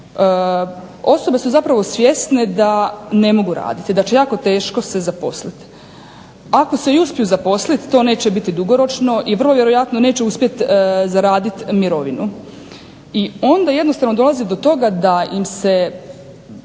osobe su zapravo svjesne da ne mogu raditi, da će jako teško se zaposliti. Ako se i uspiju zaposliti to neće biti dugoročno i vrlo vjerojatno neće uspjet zaradit mirovinu. I onda jednostavno dolazi do toga da se